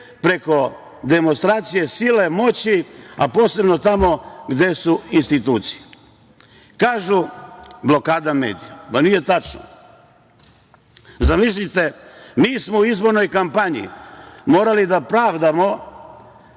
preko demonstracije sile moći, a posebno tamo gde su institucije. Kažu – blokada medija. Nije tačno. Zamislite, mi smo u izbornoj kampanji morali da pravdamo